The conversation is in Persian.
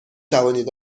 توانید